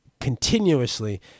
continuously